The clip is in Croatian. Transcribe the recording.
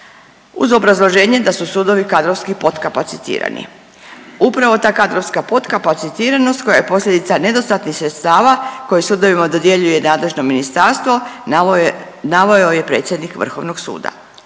uz obrazloženje da su sudovi kadrovski potkapacitirani. Upravo ta kadrovska potkapacitiranost koja je posljedica nedostatnih sredstava koje sudovima dodjeljuje i nadležno ministarstvo naveo je predsjednik Vrhovnog suda.